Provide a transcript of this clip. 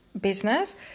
business